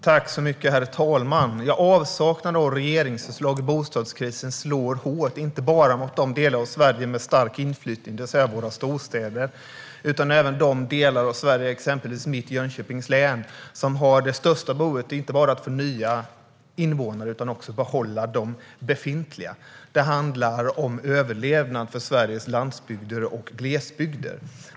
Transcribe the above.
Herr talman! Avsaknad av regeringsförslag i bostadskrisen slår hårt inte bara mot de delar av Sverige som har stark inflyttning, det vill säga våra storstäder. Det slår hårt även mot de delar av Sverige, exempelvis mitt hemlän Jönköpings län, som har det största behovet inte bara när det gäller nya invånare utan också för att behålla de befintliga. Det handlar om överlevnad för Sveriges landsbygder och glesbygder.